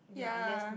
ya